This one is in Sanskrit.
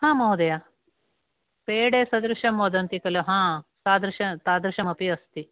महोदय पेडे सदृशं वदन्ति खलु तादृश तादृशमपि अस्ति